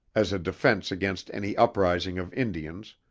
as a defense against any uprising of indians,